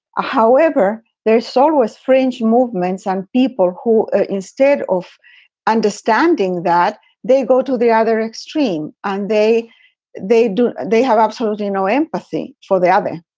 however, there saw with fringe movements and people who instead of understanding that they go to the other extreme and they they do. they have absolutely no empathy for the other.